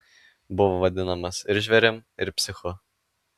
buvo vadinamas ir žvėrim ir psichu